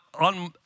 on